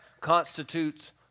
constitutes